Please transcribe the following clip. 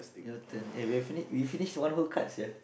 your turn eh we have finish we finish the whole card sia